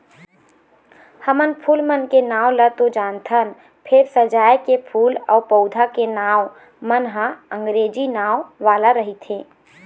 हमन फूल मन के नांव ल तो जानथन फेर सजाए के फूल अउ पउधा के नांव मन ह अंगरेजी नांव वाला रहिथे